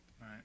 Right